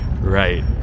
Right